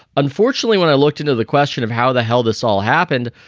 unfortunately, when i looked into the question of how the hell this all happened.